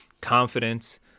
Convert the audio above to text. confidence